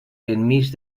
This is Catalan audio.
enmig